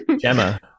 Gemma